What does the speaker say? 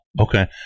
Okay